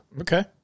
Okay